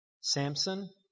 Samson